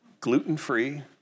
gluten-free